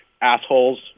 assholes